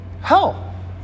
hell